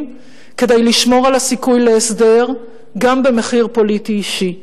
כדי לשמור על הסיכוי להסדר גם במחיר פוליטי אישי.